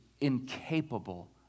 incapable